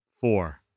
Four